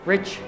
Rich